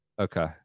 Okay